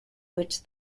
which